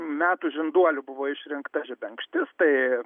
metų žinduoliu buvo išrinkta žebenkštis tai